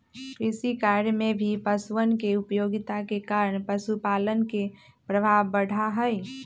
कृषिकार्य में भी पशुअन के उपयोगिता के कारण पशुपालन के प्रभाव बढ़ा हई